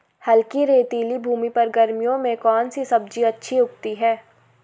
हल्की रेतीली भूमि पर गर्मियों में कौन सी सब्जी अच्छी उगती है?